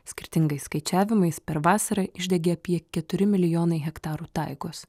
skirtingais skaičiavimais per vasarą išdegė apie keturi milijonai hektarų taigos